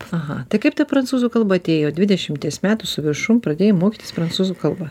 aha tai kaip ta prancūzų kalba atėjo dvidešimties metų su viršum pradėjai mokytis prancūzų kalbą